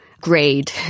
grade